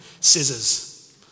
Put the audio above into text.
scissors